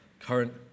current